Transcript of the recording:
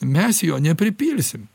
mes jo nepripilsim